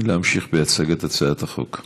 להמשיך בהצגת הצעת החוק.